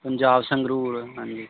ਪੰਜਾਬ ਸੰਗਰੂਰ ਹਾਂਜੀ